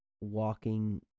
walking